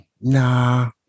nah